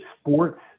sports